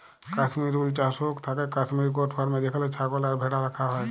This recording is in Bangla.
কাশ্মির উল চাস হৌক থাকেক কাশ্মির গোট ফার্মে যেখানে ছাগল আর ভ্যাড়া রাখা হয়